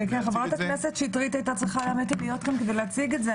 חברת הכנסת שטרית הייתה צריכה להיות כאן כדי להציג את זה.